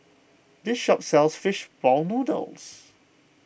this shop sells Fish Ball Noodles